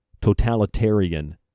totalitarian